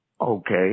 Okay